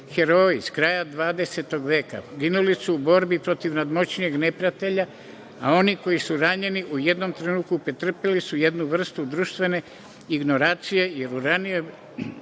heroji s kraja dvadesetog veka ginuli su u borbi protiv nadmoćnijeg neprijatelja, a oni koji su ranjeni u jednom trenutku pretrpeli su jednu vrstu društvene ignorancije jer u ranijoj